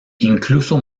incluso